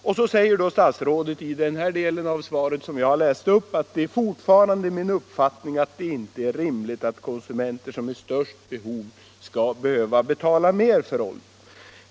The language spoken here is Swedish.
Och så säger då statsrådet i slutet av svaret att det fortfarande är hans uppfattning att det inte är rimligt att de konsumenter som är i störts behov av olja skall behöva betala mer för den.